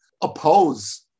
oppose